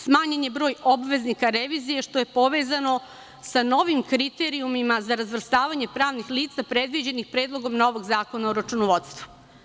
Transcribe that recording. Smanjen je broj obveznika revizije, što je povezano sa novim kriterijumima za razvrstavanje pravnih lica predviđenih Predlogom novog zakona o računovodstvu.